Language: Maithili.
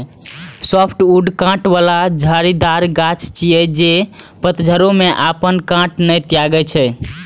सॉफ्टवुड कांट बला झाड़ीदार गाछ छियै, जे पतझड़ो मे अपन कांट नै त्यागै छै